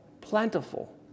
plentiful